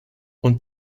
und